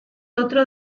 otro